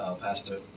Pastor